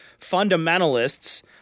fundamentalists